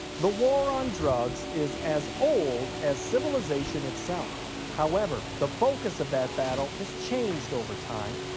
the war on drugs is as old as civilization itself. however, the focus of that battle has changed over time,